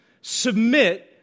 Submit